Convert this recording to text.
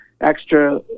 extra